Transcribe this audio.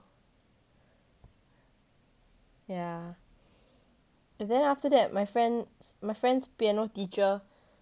yeah and then after that my friend's my friend's piano teacher